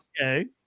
Okay